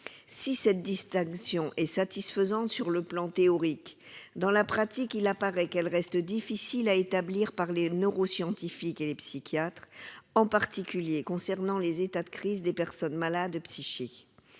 Si cette distinction est satisfaisante sur le plan théorique, dans la pratique il apparaît qu'elle reste difficile à établir par les neuroscientifiques et les psychiatres, en particulier concernant les états de crise des personnes malades psychiques.